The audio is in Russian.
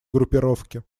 группировки